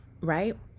right